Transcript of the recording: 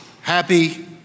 happy